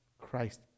Christ